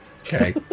Okay